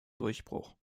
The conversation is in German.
durchbruch